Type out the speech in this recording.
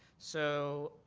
so,